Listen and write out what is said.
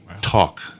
talk